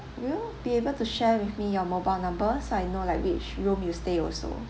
will you be able to share with me your mobile number so I know like which room you stay also